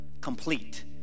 complete